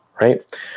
right